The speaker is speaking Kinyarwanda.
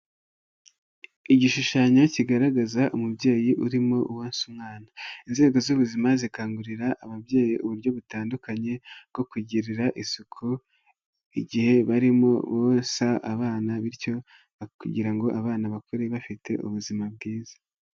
Igishushanyo kigaragaza umubyeyi urimo wonsa umwana, inzego z'ubuzima zikangurira ababyeyi uburyo butandukanye, bwo kugira isuku igihe barimo bonsa abana bityo kugira ngo abana bakure bafite ubuzima bwiza.